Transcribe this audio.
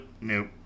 nope